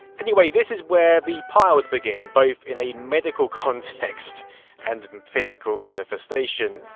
anyway, this is where the piles begin, both in a medical context and physical manifestation.